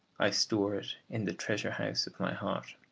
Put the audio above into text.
i store it in the treasure-house of my heart.